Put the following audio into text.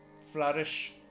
flourish